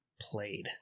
played